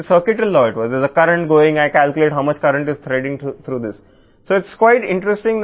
circuital లా ఇది కరెంట్గా ఉంది దీని ద్వారా కరెంట్ ఎంత పోతుందని మనం లెక్కించాము